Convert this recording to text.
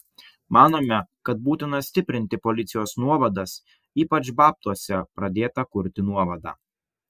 manome kad būtina stiprinti policijos nuovadas ypač babtuose pradėtą kurti nuovadą